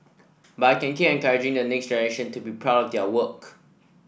but I can keep encouraging the next generation to be proud of their work